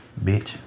bitch